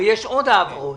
הרי יש עוד העברות,